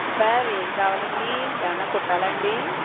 sir ఏం కావాలండి ఏమన్నా కుట్టాలా అండి